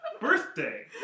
Birthday